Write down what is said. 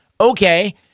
Okay